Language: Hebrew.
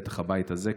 בטח הבית הזה,